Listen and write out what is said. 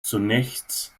zunächst